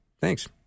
Thanks